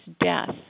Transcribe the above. death